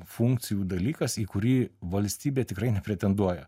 funkcijų dalykas į kurį valstybė tikrai nepretenduoja